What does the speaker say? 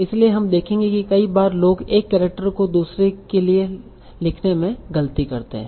इसलिए हम देखेंगे कि कई बार लोग एक केरेक्टर को दूसरे के लिए लिखने में गलती करते हैं